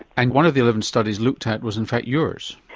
and one of the eleven studies looked at was in fact yours?